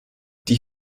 die